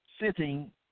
sitting